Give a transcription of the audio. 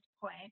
point